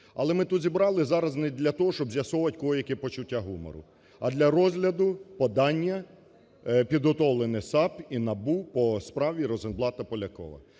але ми тут зібрались зараз не для того, щоб з'ясовувати, в кого яке почуття гумору, а для розгляду подання, підготовленого САП і НАБУ по справі Розенблата-Полякова.